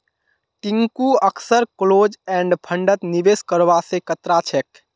टिंकू अक्सर close end फंडत निवेश करवा स कतरा छेक